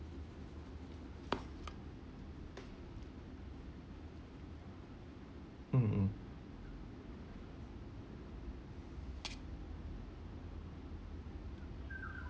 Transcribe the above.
mm mm